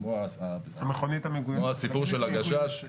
כמו הסיפור של הגשש.